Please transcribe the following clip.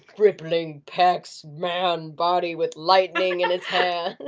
rippling pecs man body with lightening in his hands